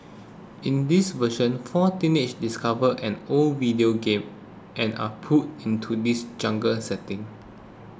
in this version four teenagers discover an old video game and are pulled into this jungle setting